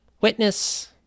witness